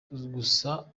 gusa